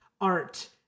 art